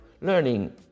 Learning